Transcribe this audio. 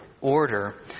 order